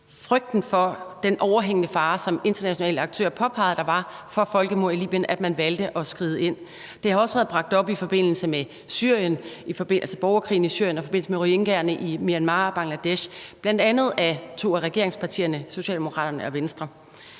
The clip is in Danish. frygten for den overhængende fare for folkemord i Libyen, som internationale aktører påpegede at der var, at man valgte at skride ind. Det har også været bragt op i forbindelse med borgerkrigen i Syrien og i forbindelse med rohingyaerne i Myanmar og Bangladesh af bl.a. to af regeringspartierne, Socialdemokratiet og Venstre.